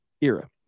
era